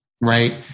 right